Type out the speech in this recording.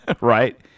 right